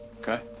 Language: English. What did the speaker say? okay